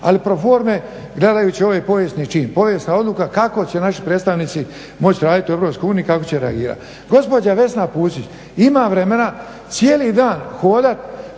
ali pro forme gledajući ovaj povijesni čin, povijesna odluka kako će naši predstavnici moći raditi u EU kako će reagirati. Gospođa Vesna Pusić ima vremena cijeli dan hodati